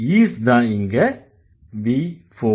is தான் இங்க V4